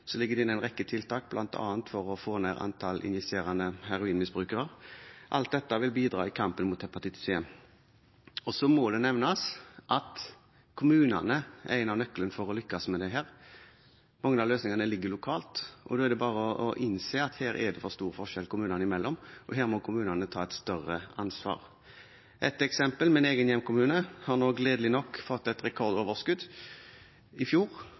ligger det inne en rekke tiltak, bl.a. for å få ned antall injiserende heroinmisbrukere. Alt dette vil bidra i kampen mot hepatitt C. Så må det nevnes at kommunene er en av nøklene for å lykkes med dette. Mange av løsningene ligger lokalt. Da er det bare å innse at her er det for store forskjeller kommunene imellom, og at kommunene må ta et større ansvar. Ett eksempel: Min egen hjemkommune fikk, gledelig nok, et rekordoverskudd i fjor.